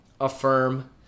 affirm